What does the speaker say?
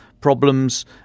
problems